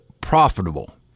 profitable